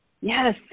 Yes